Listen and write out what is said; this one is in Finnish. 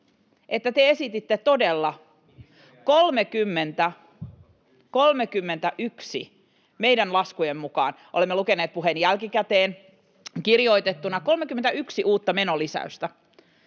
että te esititte todella 31 — meidän laskujemme mukaan, olemme lukeneet puheen jälkikäteen kirjoitettuna — uutta menolisäystä